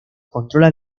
controla